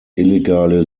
illegale